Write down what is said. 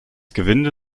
gewinde